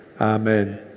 amen